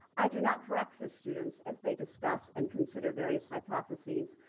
i do not correct the students as they discuss and consider various hypotheses,